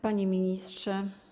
Panie Ministrze!